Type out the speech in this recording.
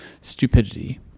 stupidity